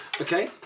Okay